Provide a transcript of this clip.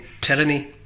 tyranny